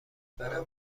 برم